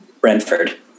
Brentford